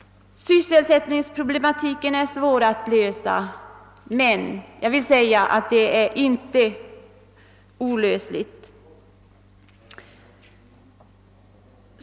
Sysselsättningsproblematiken är svår att lösa, men jag vill säga att den inte är olöslig.